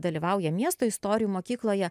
dalyvauja miesto istorijų mokykloje